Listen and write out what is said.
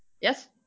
Yes